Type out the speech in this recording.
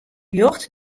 ljocht